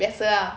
biasa ah